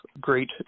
great